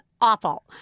awful